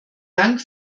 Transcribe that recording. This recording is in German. dank